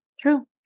True